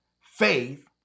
faith